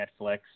Netflix